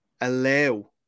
allow